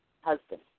husband